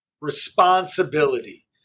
responsibility